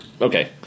okay